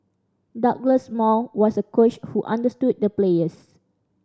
Douglas Moore was a coach who understood the players